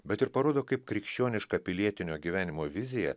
bet ir parodo kaip krikščioniška pilietinio gyvenimo vizija